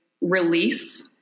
release